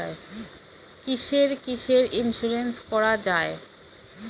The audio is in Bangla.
কিসের কিসের ইন্সুরেন্স করা যায়?